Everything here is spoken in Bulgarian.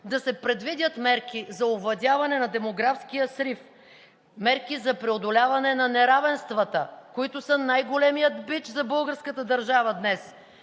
да се предвидят мерки за овладяване на демографския срив, мерки за преодоляване на неравенствата, които са най-големият бич за българската държава днес,